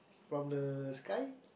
from the sky